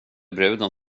bruden